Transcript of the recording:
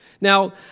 Now